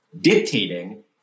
dictating